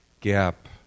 gap